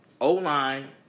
O-line